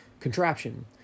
Contraption